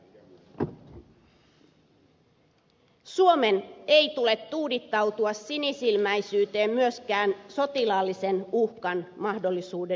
suomen ei tule tuudittautua sinisilmäisyyteen myöskään sotilaallisen uhkan mahdollisuuden edessä